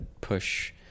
push